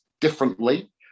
differently